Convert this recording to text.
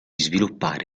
sviluppare